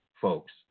folks